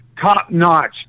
top-notch